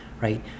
right